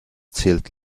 zählt